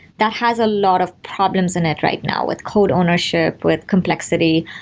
that has a lot of problems in it right now with code ownership, with complexity.